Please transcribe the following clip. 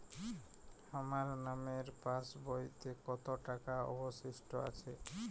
আমার নামের পাসবইতে কত টাকা অবশিষ্ট আছে?